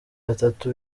batatu